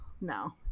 no